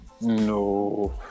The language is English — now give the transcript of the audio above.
no